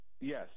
Yes